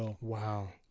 Wow